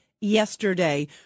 yesterday